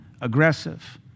aggressive